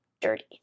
dirty